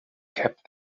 kept